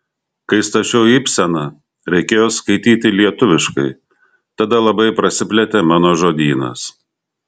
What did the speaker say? kai stačiau ibseną reikėjo skaityti lietuviškai tada labai prasiplėtė mano žodynas